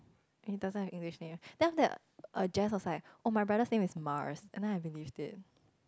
he doesn't have English name then after that err Jess was like oh my brother's name is Mars and then I believe it